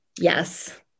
yes